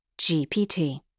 GPT